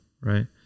right